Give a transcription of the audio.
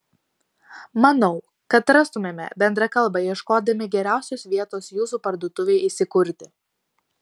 manau kad rastumėme bendrą kalbą ieškodami geriausios vietos jūsų parduotuvei įsikurti